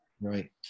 Right